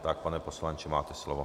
Tak pane poslanče, máte slovo.